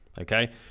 okay